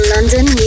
London